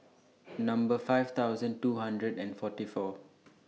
Number five thousand two hundred and forty four